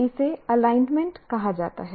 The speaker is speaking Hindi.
इसे एलाइनमेंट कहा जाता है